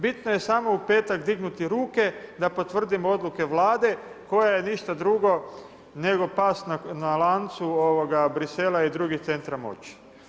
Bitno je samo u petak dignuti ruke da potvrdimo odluke Vlade koja je ništa drugo nego pas na lancu Bruxellesa i drugih centara moći.